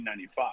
1995